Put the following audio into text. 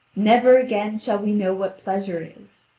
never again shall we know what pleasure is.